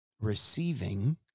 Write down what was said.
receiving